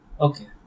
Okay